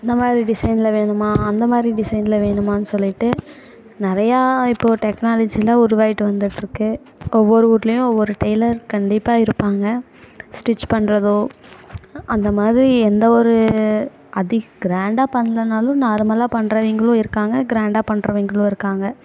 இந்தமாதிரி டிசைனில் வேணுமா அந்தமாதிரி டிசைனில் வேணுமான்னு சொல்லிட்டு நிறையா இப்போது டெக்னாலஜிலாம் உருவாகிட்டு வந்துட்டிருக்கு ஒவ்வொரு வீட்லையும் ஒவ்வொரு டைலர் கண்டிப்பாக இருப்பாங்க ஸ்டிச் பண்ணுறதோ அந்தமாதிரி எந்த ஒரு அதி க்ராண்டாக பண்ணலனாலும் நார்மலாக பண்றவங்களும் இருக்காங்க க்ராண்டாக பண்றவங்களும் இருக்காங்க